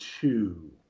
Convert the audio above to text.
two